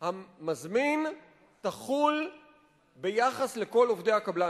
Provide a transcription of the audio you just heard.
המזמין תחול ביחס לכל עובדי הקבלן.